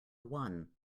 one